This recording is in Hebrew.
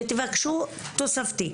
ותבקשו תוספתי.